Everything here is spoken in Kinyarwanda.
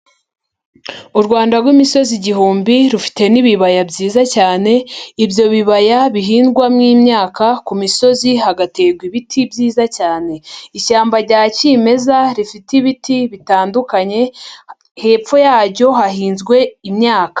U Rwanda rw'imisozi igihumbi rufite n'ibibaya byiza cyane ibyo bibaya bihingwamo imyaka ku misozi hagaterwa ibiti byiza cyane, ishyamba rya kimeza rifite ibiti bitandukanye hepfo yaryo hahinzwe imyaka.